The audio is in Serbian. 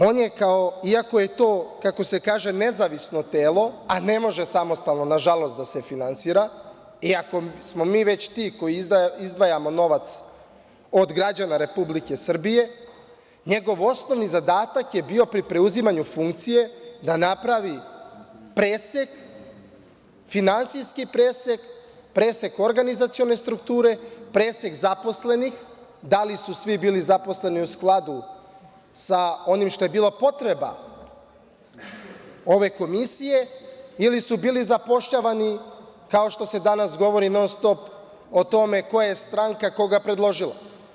On je kao, iako je to kako se kaže nezavisno telo, a ne može se samostalno nažalost da se finansira, iako smo mi već ti koji izdvajamo novac od građana Republike Srbije, njegov osnovni zadatak je bio pri preuzimanju funkcije da napravi presek, finansijski presek, presek organizacione strukture, presek zaposlenih, da li su svi bili zaposleni u skladu sa onim što je bila potreba ove Komisije ili su bili zapošljavani kao što se danas govori non-stop o tome, koja je stranka koja ga je predložila.